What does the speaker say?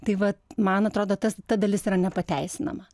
tai vat man atrodo tas ta dalis yra nepateisinama